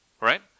Right